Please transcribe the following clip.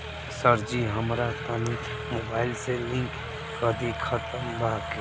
सरजी हमरा तनी मोबाइल से लिंक कदी खतबा के